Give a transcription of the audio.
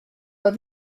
pas